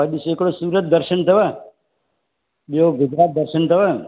त अॼ हिकड़ो सूरज दर्शन थव ॿियो गुजरात दर्शन थव